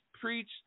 preach